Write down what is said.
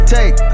Take